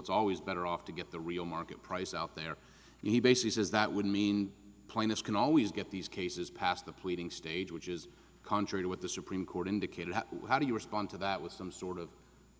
it's always better off to get the real market price out there he basically says that would mean the plaintiffs can always get these cases past the pleading stage which is contrary to what the supreme court indicated how do you respond to that with some sort of